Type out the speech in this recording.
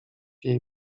jej